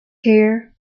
hare